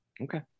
okay